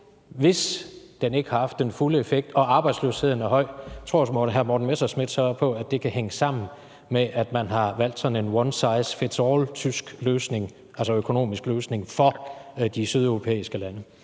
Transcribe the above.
Hvis den ikke har haft den fulde effekt og arbejdsløsheden er høj, tror hr. Morten Messerschmidt så på, at det kan hænge sammen med, at man har valgt sådan en tysk one size fits all-løsning, altså økonomisk løsning, for de sydeuropæiske lande?